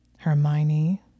Hermione